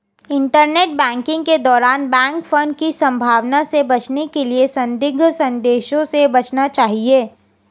internet banking के दौरान bank fraud की संभावना से बचने के लिए संदिग्ध संदेशों से बचना चाहिए